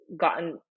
gotten